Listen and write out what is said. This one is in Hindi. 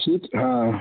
ठीक हाँ